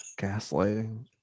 gaslighting